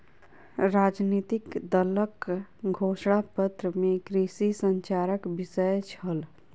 राजनितिक दलक घोषणा पत्र में कृषि संचारक विषय छल